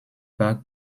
par